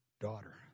daughter